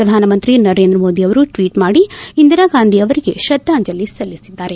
ಪ್ರಧಾನ ಮಂತ್ರಿ ನರೇಂದ್ರ ಮೋದಿ ಅವರು ಟ್ವೀಟ್ ಮಾಡಿ ಇಂದಿರಾಗಾಂಧಿ ಅವರಿಗೆ ಶ್ರದ್ದಾಂಜಲಿ ಸಲ್ಲಿಸಿದ್ದಾರೆ